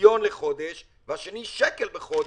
מיליון לחודש והשני שקל בחודש,